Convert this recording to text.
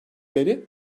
beri